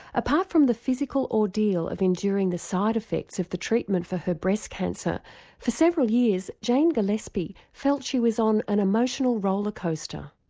apart from the physical ordeal of enduring the side effects of the treatment for her breast cancer for several years jane gillespie felt she was on an emotional rollercoaster.